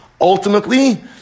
ultimately